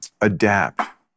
adapt